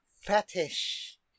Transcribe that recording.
fetish